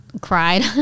cried